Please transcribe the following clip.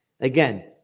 Again